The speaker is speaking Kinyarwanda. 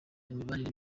imibanire